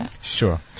Sure